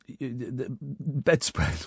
bedspread